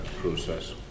process